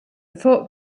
thought